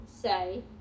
say